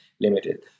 limited